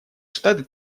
штаты